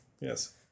Yes